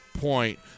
point